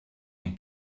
den